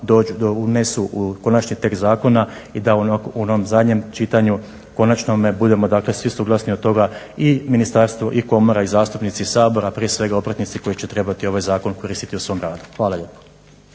dođu, unesu u konačni tekst zakona i da u onom zadnjem čitanju konačnome budemo, dakle svi suglasni od toga i ministarstvo i Komora i zastupnici iz Sabora, prije svega obrtnici koji će trebati ovaj zakon koristiti u svom radu. Hvala lijepo.